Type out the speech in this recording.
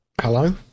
Hello